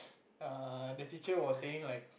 err the teacher was saying like